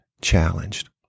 challenged